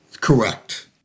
Correct